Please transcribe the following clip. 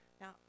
Now